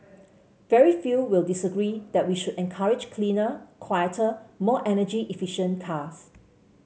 very few will disagree that we should encourage cleaner quieter more energy efficient cars